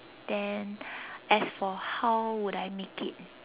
then as for how would I make it